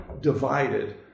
divided